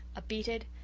a beaten,